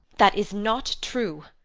that is not true!